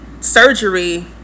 surgery